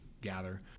gather